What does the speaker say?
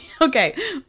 Okay